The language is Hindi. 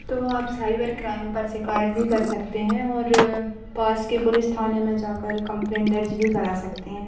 तो आप साइबर क्राइम पर शिकायत भी कर सकते हैं और पास के पुलिस थाने में जाकर कंप्लेंट दर्ज भी करा सकते हैं